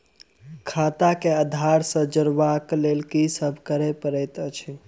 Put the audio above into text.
खाता केँ आधार सँ जोड़ेबाक लेल की सब करै पड़तै अछि?